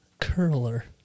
Curler